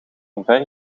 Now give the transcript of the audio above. omver